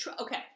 Okay